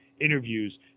interviews